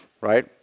right